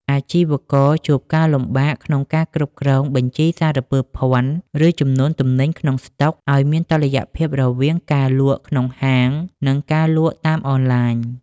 អាជីវករជួបការលំបាកក្នុងការគ្រប់គ្រងបញ្ជីសារពើភណ្ឌ ឬចំនួនទំនិញក្នុងស្តុក ឱ្យមានតុល្យភាពរវាងការលក់ក្នុងហាង និងការលក់តាមអនឡាញ។